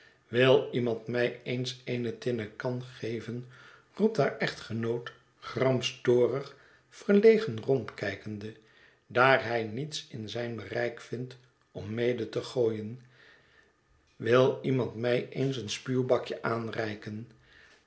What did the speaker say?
wil iemand mij eens eene tinnen kan geven roept haar echtgenoot gramstorig verlegen rondkijkende daar hij niets in zijn bereik vindt om mede te gooien wil iemand mij eens een spuwbakje aanreiken